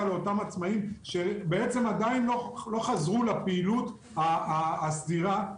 לאותם עצמאים שעדין לא חזרו לפעילות הסדירה,